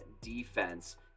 defense